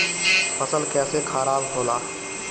फसल कैसे खाराब होला?